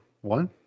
One